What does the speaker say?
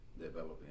developing